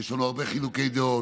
יש לנו הרבה חילוקי דעות,